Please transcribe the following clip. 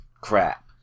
Crap